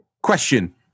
Question